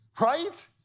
Right